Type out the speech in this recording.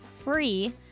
free